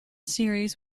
series